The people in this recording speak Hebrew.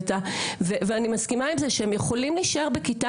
ואני מסכימה עם זה שהם יכולים להישאר בכיתה